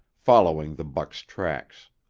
following the buck's tracks.